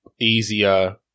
easier